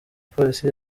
polisi